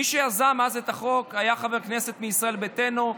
מי שיזם את החוק היה חבר כנסת מישראל ביתנו,